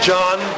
John